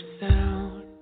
sound